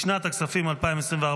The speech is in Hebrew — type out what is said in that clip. לשנת הכספים 2024,